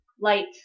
lights